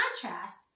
contrast